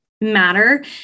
matter